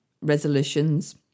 resolutions